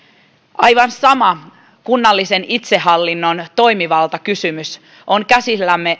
aivan sama kunnallisen itsehallinnon toimivaltakysymys on käsillämme